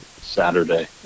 Saturday